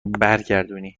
برگردونی